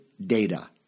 Data